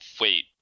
Wait